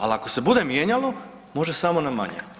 Ali ako se bude mijenjalo može samo na manje.